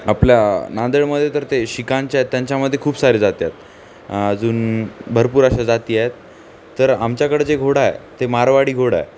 आपल्या नांदेडमध्ये तर ते शिखांच्या आहेत त्यांच्यामध्ये खूप सारे जाती आहेत अजून भरपूर अशा जाती आहेत तर आमच्याकडं जे घोडा आहे ते मारवाडी घोडा आहे